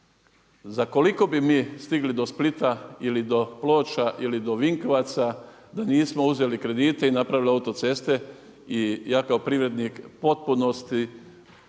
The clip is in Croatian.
Za koliko bi mi stigli do Splita ili do Ploča ili do Vinkovaca da nismo uzeli kredite i napravili autoceste? I ja kao privrednik u potpunosti